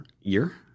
year